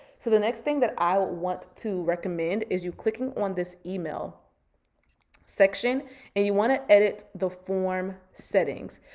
so the next thing that i want to recommend is you clicking on this email section and you wanna edit the form settings.